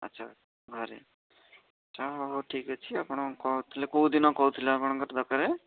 ଆଚ୍ଛା ଘରେ ଆଚ୍ଛା ହଉ ଠିକ୍ ଅଛି ଆପଣ କହୁଥିଲେ କେଉଁଦିନ କହୁଥିଲେ ଆପଣଙ୍କର ଦରକାର